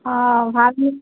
অ